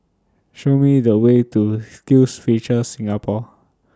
Show Me The Way to SkillsFuture Singapore